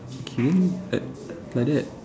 okay like like that